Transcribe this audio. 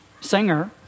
singer